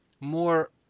more